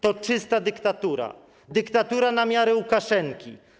To czysta dyktatura, dyktatura na miarę Łukaszenki.